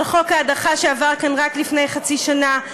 חוק ההדחה שעבר כאן רק לפני חצי שנה,